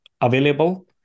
available